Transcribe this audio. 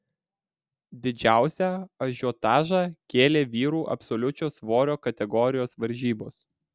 didžiausią ažiotažą kėlė vyrų absoliučios svorio kategorijos varžybos